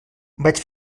vaig